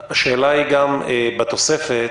בתוספת,